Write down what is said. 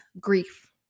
grief